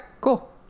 cool